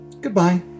goodbye